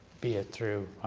be it through